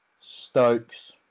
Stokes